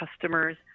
customers